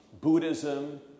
Buddhism